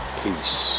peace